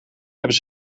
hebben